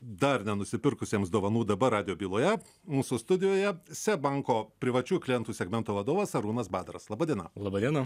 dar nenusipirkusiems dovanų dabar radijo byloje mūsų studijoje seb banko privačių klientų segmento vadovas arūnas badaras laba diena laba diena